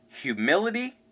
humility